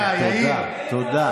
גולן, תודה, תודה.